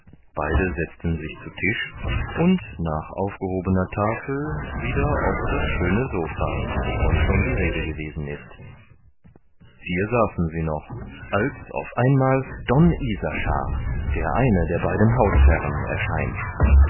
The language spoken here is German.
beide setzen sich zu tisch und nach aufgehobener tafel wieder auf das schöne sopha wovon schon die rede gewesen ist hier saßen sie noch als auf einmal don isaschar der eine der beiden hausherren erscheint